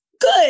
Good